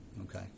Okay